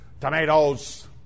tomatoes